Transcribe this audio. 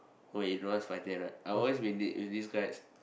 oh wait you don't know what's five ten right I've always win it with these guys